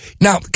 now